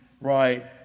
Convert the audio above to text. right